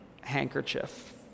handkerchief